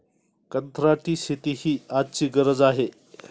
कंत्राटी शेती ही आजची गरज आहे